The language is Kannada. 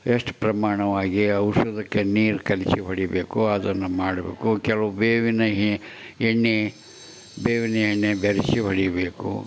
ಎಷ್ಟು ಪ್ರಮಾಣವಾಗಿ ಔಷಧಕ್ಕೆ ನೀರು ಕಲಸಿ ಹೊಡೀಬೇಕು ಅದನ್ನು ಮಾಡಬೇಕು ಕೆಲವು ಬೇವಿನ ಹೆ ಎಣ್ಣೆ ಬೇವಿನ ಎಣ್ಣೆ ಬೆರೆಸಿ ಹೊಡೀಬೇಕು